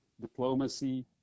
diplomacy